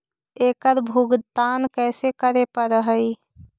एकड़ भुगतान कैसे करे पड़हई?